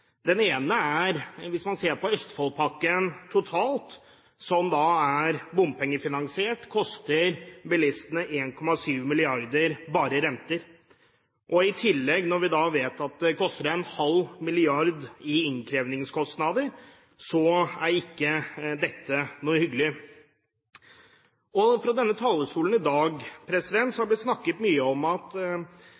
Den ene er at hvis man ser på Østfoldpakka totalt, som er bompengefinansiert, så koster det bilistene 1,7 mrd. kr bare i renter. Når vi i tillegg vet at det koster ½ mrd. kr i innkrevingskostnader, er ikke dette noe hyggelig. Fra denne talerstolen har det i dag